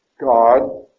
God